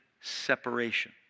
separation